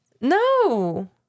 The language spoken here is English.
No